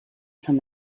from